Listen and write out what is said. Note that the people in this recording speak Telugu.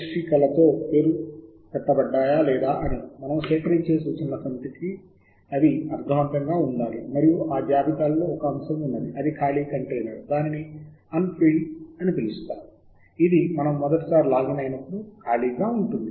స్కోపస్ లో అందుబాటులో ఉన్న ఫీల్డ్ల సమితి వెబ్ సైన్స్లో అందుబాటులో ఉన్న వాటికి కొద్దిగా భిన్నంగా ఉంటుంది